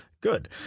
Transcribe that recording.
Good